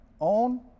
own